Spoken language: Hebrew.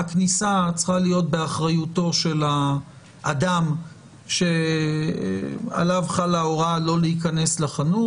הכניסה צריכה להיות באחריותו של האדם עליו חלה ההוראה לא להיכנס לחנות